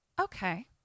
okay